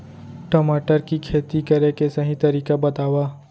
टमाटर की खेती करे के सही तरीका बतावा?